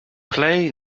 play